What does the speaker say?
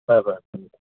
ꯐꯔꯦ ꯐꯔꯦ ꯊꯝꯃꯦ